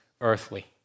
earthly